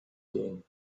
din